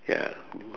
ya